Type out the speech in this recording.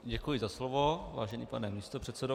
Děkuji za slovo, vážený pane místopředsedo.